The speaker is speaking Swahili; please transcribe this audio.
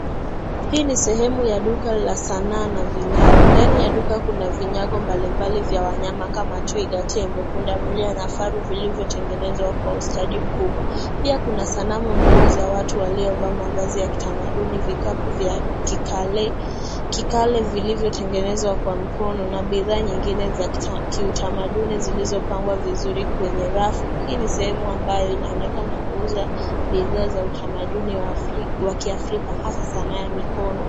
Hii ni sehemu ya duka la sanaa na vinyago. Ndani ya duka kuna vinyago mbalimbali vya wanyama kama twiga, tembo, pundamilia na faru vilivyotengenezwa kwa ustadi mkubwa. Pia kuna sanamu ndogo za ,watu waliovyaa mavazi ya kitamaduni, vikapu vya kikale vilivyotengenezwa kwa mkono na bidhaa nyingine za kiutamaduni zilizopangwa vizuri kwenye rafu. Hii ni sehemu ambayo inaonekana kuuza bidhaa za utamaduni wa kiafrika hasa saana ya mikono.